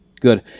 Good